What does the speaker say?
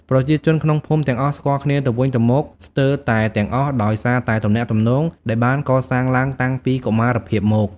ប្រជាជនក្នុងភូមិទាំងអស់ស្គាល់គ្នាទៅវិញទៅមកស្ទើរតែទាំងអស់ដោយសារតែទំនាក់ទំនងដែលបានកសាងឡើងតាំងពីកុមារភាពមក។